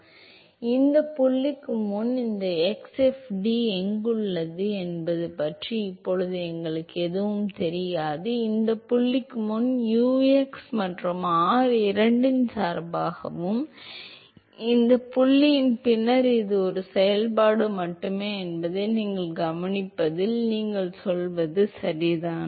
எனவே இந்த புள்ளிக்கு முன் இந்த x fd எங்குள்ளது என்பது பற்றி இப்போது எங்களுக்கு எதுவும் தெரியாது இந்த புள்ளிக்கு முன் u x மற்றும் r இரண்டின் சார்பாகவும் இந்த புள்ளியின் பின்னர் இது ஒரு செயல்பாடு மட்டுமே என்பதை நீங்கள் கவனிப்பதில் நீங்கள் சொல்வது சரிதான்